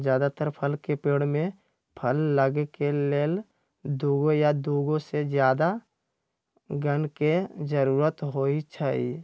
जदातर फल के पेड़ में फल लगे के लेल दुगो या दुगो से जादा गण के जरूरत होई छई